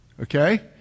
Okay